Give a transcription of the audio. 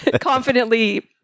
confidently